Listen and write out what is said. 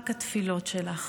רק התפילות שלך.